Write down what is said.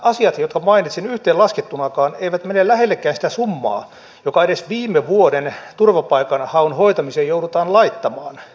nyt nämä asiat jotka mainitsin yhteenlaskettunakaan eivät mene lähellekään sitä summaa joka edes viime vuoden turvapaikanhaun hoitamiseen joudutaan laittamaan